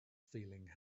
feeling